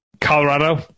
Colorado